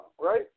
right